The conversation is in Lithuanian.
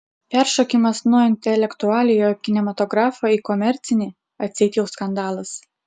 peršokimas nuo intelektualiojo kinematografo į komercinį atseit jau skandalas